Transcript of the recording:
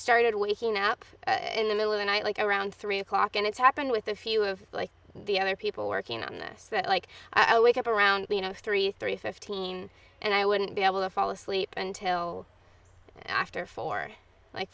started waking up in the middle of the night like around three o'clock and it's happened with a few of like the other people working on this that like i'll wake up around you know three three fifteen and i wouldn't be able to fall asleep until after four like